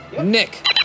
Nick